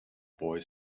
boy